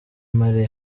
mpari